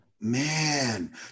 Man